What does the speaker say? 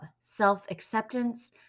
self-acceptance